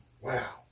Wow